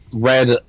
red